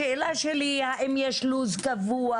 השאלה שלי היא האם יש לו"ז קבוע?